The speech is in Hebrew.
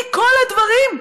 מכל הדברים,